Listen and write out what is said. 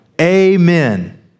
Amen